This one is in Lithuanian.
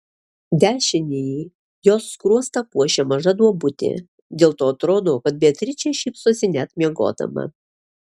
dešinįjį jos skruostą puošia maža duobutė dėl to atrodo kad beatričė šypsosi net miegodama